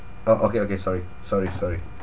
oh okay okay sorry sorry sorry